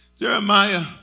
Jeremiah